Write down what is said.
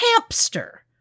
hamster